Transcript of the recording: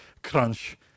crunch